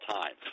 time